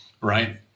right